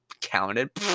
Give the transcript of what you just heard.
counted